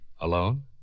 Alone